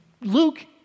Luke